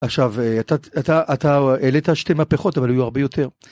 עכשיו, אתה העלית שתי מהפכות אבל היו הרבה יותר.